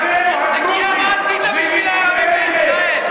עיסאווי, מה עשית בשביל הערבים בישראל?